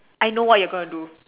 I know what you are gonna do